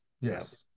yes